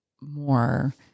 more